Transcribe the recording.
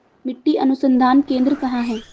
मिट्टी अनुसंधान केंद्र कहाँ है?